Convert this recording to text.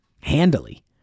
handily